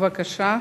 בבקשה.